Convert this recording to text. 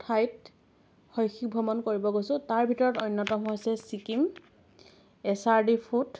ঠাইত শৈক্ষিক ভ্ৰমণ কৰিব গৈছোঁ তাৰ ভিতৰত অন্যতম হৈছে ছিকিম এছ আৰ দি ফুড